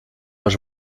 âge